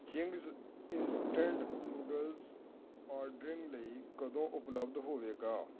Ching's instant noodles ordering ਲਈ ਕਦੋਂ ਉਪਲੱਬਧ ਹੋਵੇਗਾ